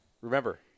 Remember